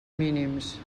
mínims